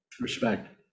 Respect